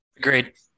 Great